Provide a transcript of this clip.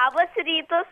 labas rytas